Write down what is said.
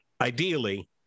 ideally